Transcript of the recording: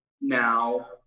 Now